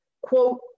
quote